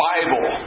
Bible